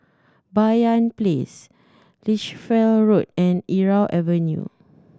Banyan Place Lichfield Road and Irau Avenue